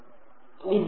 Student